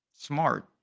Smart